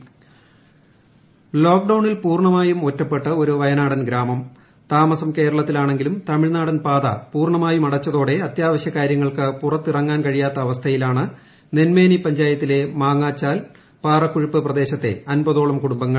പ വയനാട് ഇൻട്രോ ലോക് ഡൌണിൽ പൂർണ്ണമായും ഒറ്റപ്പെട്ട് ഒരു വയനാടൻ ഗ്രാമം താമസം കേരളത്തിലാണെങ്കിലും തമിഴ്നാടൻ പാത പൂർണ്ണമായും അടച്ചതോടെ അത്യാവശ്യകാര്യങ്ങൾക്ക് പുറത്തിറങ്ങാൻ കഴിയാത്ത അവസ്ഥയിലാണ് നെൻമേനി പഞ്ചായത്തിലെ മാങ്ങാച്ചാൽ പാറക്കുഴിപ്പ് പ്രദേശത്തെ അൻപതോളം കുടുംബങ്ങൾ